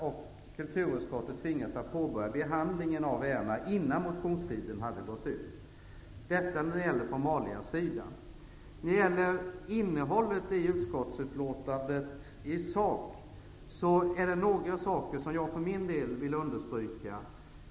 Kulturutskottet tvingades påbörja behandlingen av ärendet innan motionstiden hade gått ut. Detta gällde formaliasidan. När det gäller innehållet i utskottets betänkande i sak är det några saker som jag vill understryka.